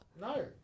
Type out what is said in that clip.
No